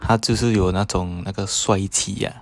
他就是有那种那个帅气 ah